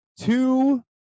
Two